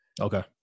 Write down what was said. Okay